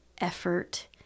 effort